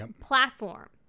platform